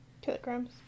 Kilograms